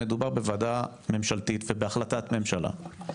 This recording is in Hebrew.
מדובר בוועדה ממשלתית ובהחלטת ממשלה.